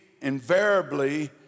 invariably